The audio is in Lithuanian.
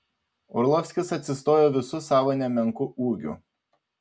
orlovskis atsistojo visu savo nemenku ūgiu